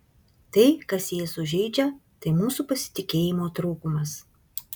tai kas jėzų žeidžia tai mūsų pasitikėjimo trūkumas